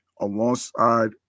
Alongside